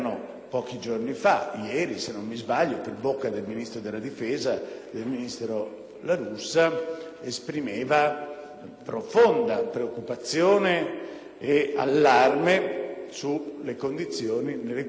La Russa, esprimeva profonda preoccupazione ed allarme sulle condizioni nelle quali i nostri soldati e le nostre forze sono impegnate.